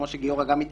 כמו שגיורא התייחס,